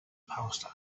passed